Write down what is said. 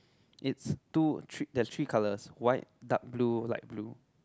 it's two three there's three colours white dark blue light blue